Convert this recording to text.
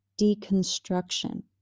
deconstruction